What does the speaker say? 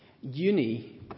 uni